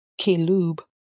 Kelub